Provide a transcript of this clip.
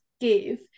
give